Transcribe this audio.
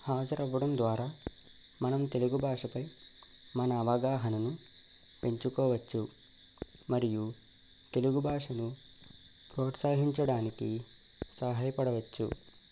హాజరు అవ్వడం ద్వారా మనం తెలుగు భాష పై మన అవగాహనను పెంచుకోవచ్చు మరియు తెలుగు భాషను ప్రోత్సహించడానికి సహాయపడవచ్చు